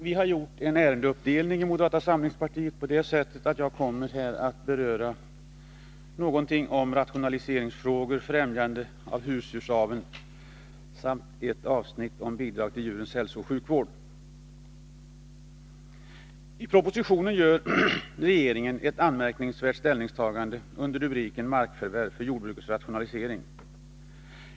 Vi har gjort en ärendeuppdelning i moderata samlingspartiet på det sättet att jag här kommer att beröra rationaliseringsfrågor, främjande av husdjursavel samt ett avsnitt om bidrag till djurens hälsooch sjukvård. I propositionen gör regeringen ett anmärkningsvärt ställningstagande under rubriken Markförvärv för jordbruksrationalisering.